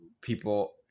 People